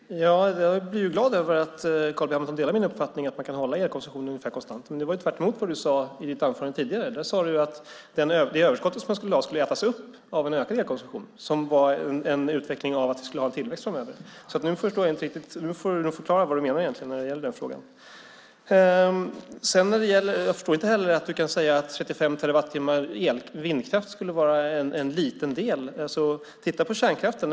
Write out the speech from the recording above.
Herr talman! Jag blir ju glad över att Carl B Hamilton delar min uppfattning att man kan hålla elkonsumtionen ungefär konstant. Men det var ju tvärtemot vad du sade i ditt anförande tidigare. Där sade du att överskottet skulle ätas upp av en ökad elkonsumtion som var ett resultat av att vi skulle ha en tillväxt framöver. Nu förstår jag inte riktigt. Du får nog förklara vad du egentligen menar när det gäller den frågan. Jag förstår inte heller att du kan säga att 35 terawattimmar vindkraftsel skulle vara en liten del. Titta på kärnkraften!